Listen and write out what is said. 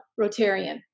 Rotarian